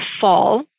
fall